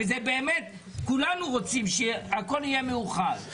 הרי באמת כולנו רוצים שהכל יהיה מאוחד,